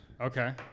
Okay